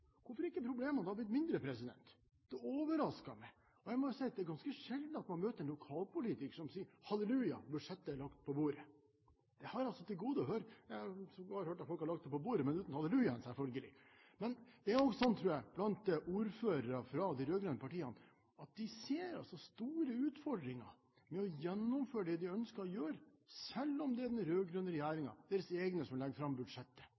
Hvorfor har ikke problemene blitt mindre? Det overrasker meg. Og jeg må si at det er ganske sjelden man møter en lokalpolitiker som sier halleluja, budsjettet er lagt på bordet. Det har jeg til gode å høre. Jeg har hørt at folk har lagt det på bordet, men uten hallelujaet, selvfølgelig. Det er også sånn at ordførere fra de rød-grønne partiene ser store utfordringer ved å gjennomføre det de ønsker å gjøre, selv om det er den rød-grønne regjeringen – deres egne – som legger fram budsjettet.